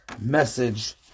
message